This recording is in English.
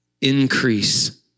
Increase